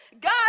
God